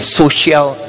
social